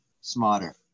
smarter